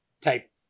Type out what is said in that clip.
type